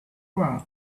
war